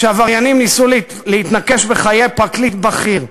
כשעבריינים ניסו להתנקש בחיי פרקליט בכיר.